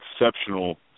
exceptional